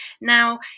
Now